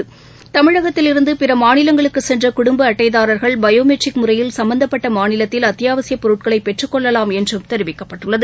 biometric இருந்து பிறமாநிலங்களுக்கு சென்றகுடும்ப அட்டைதாரர்கள் முறையில் தமிழகத்தில் சம்பந்தப்பட்டமாநிலத்தில் அத்தியாவசியபொருட்களைபெற்றுக்கொள்ளலாம் என்றும் தெரிவிக்கப்பட்டுள்ளது